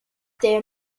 der